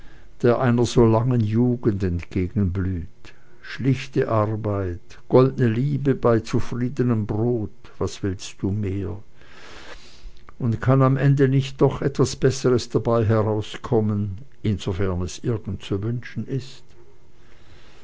der einer so langen jugend entgegenblüht schlichte arbeit goldene liebe bei zufriedenem brot was willst du mehr und kann am ende nicht noch etwas besseres dabei herauskommen insofern es irgend zu wünschen ist